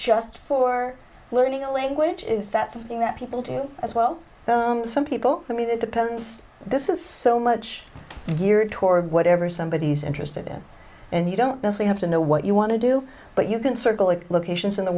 just for learning a language is that something that people do as well some people i mean it depends this is so much geared toward whatever somebodies interested in and you don't know have to know what you want to do but you can circle of locations in the